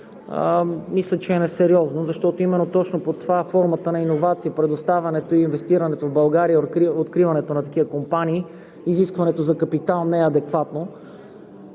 мисля, че е несериозно, защото именно точно това е формата на иновации – предоставянето и инвестирането в България, откриването на такива компании, изискването за капитал не е адекватно.